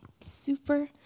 super